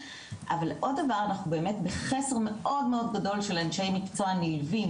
אבל עוד דבר אנחנו בחסר מאוד מאד גדול של אנשי מקצוע נלווים,